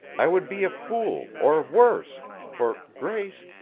i would be a fool or worse, for, grace,